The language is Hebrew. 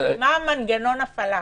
מה מנגנון ההפעלה?